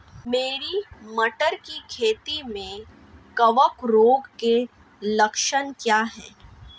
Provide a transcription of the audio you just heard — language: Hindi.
मेरी मटर की खेती में कवक रोग के लक्षण क्या हैं?